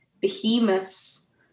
behemoths